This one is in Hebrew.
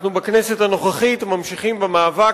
אנחנו בכנסת הנוכחית ממשיכים במאבק